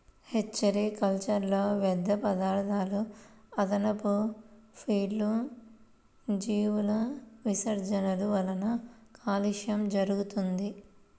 hatchery కల్చర్లో వ్యర్థపదార్థాలు, అదనపు ఫీడ్లు, జీవుల విసర్జనల వలన కాలుష్యం జరుగుతుంది